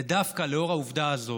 ודווקא לאור העובדה הזאת